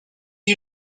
you